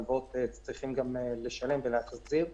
הלוואות צריכים גם לשלם ולהחזיר.